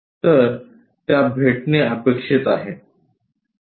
तर त्या भेटणे अपेक्षित आहे